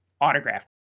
autograph